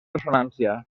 ressonància